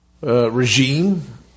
Regime